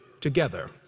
together